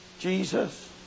Jesus